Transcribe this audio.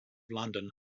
london